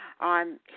on